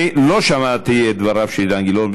אני לא שמעתי את דבריו של אילן גילאון,